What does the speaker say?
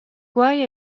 quei